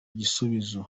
gisubizo